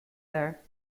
there